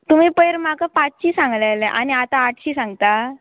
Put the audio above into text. तुमी पयर म्हाका पांचशी सांगलेले आनी आतां आटशी सांगता